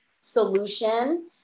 solution